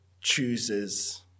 chooses